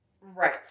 right